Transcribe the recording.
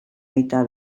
baita